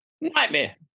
Nightmare